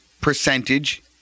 percentage